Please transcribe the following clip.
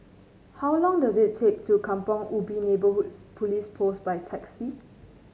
how long does it take to Kampong Ubi Neighbourhood Police Post by taxi